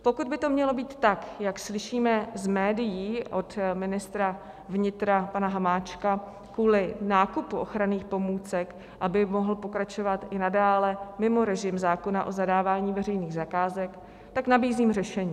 Pokud by to mělo být tak, jak slyšíme z médií od ministra vnitra pana Hamáčka kvůli nákupu ochranných pomůcek, aby mohl pokračovat i nadále mimo režim zákona o zadávání veřejných zakázek, tak nabízím řešení.